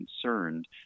concerned